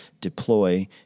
deploy